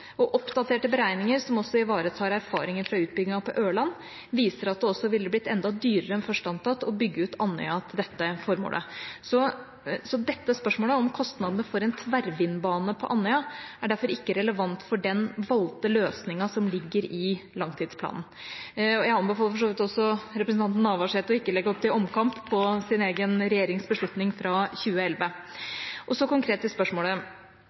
Oppdaterte beregninger som også ivaretar erfaringer fra utbyggingen på Ørland, viser at det ville blitt enda dyrere enn først antatt å bygge ut Andøya til dette formålet. Dette spørsmålet om kostnadene for en tverrvindbane på Andøya er derfor ikke relevant for den valgte løsningen som ligger i langtidsplanen. Jeg anbefaler for så vidt representanten Navarsete ikke å legge opp til omkamp om sin egen regjerings beslutning fra 2011. Så konkret til spørsmålet: